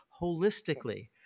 holistically